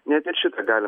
net ir šitą galima